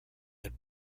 had